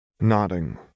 Nodding